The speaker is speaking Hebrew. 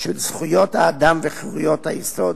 של זכויות האדם וחירויות היסוד